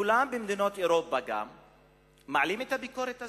כולם במדינות אירופה מעלים את הביקורת הזאת,